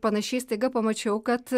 panašiai staiga pamačiau kad